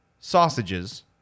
sausages